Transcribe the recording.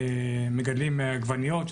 מגדלים עגבניות,